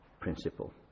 principle